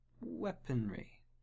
weaponry